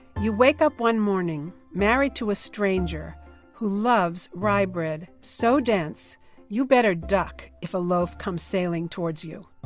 you wake up one morning married to a stranger who loves rye bread so dense you better duck if a loaf comes sailing towards you.